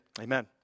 amen